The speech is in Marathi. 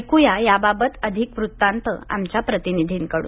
ऐक्या याबाबत अधिक वृत्तांत आमच्या प्रतिनिधीकडून